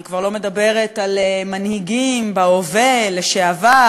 אני כבר לא מדברת על מנהיגים בהווה ולשעבר,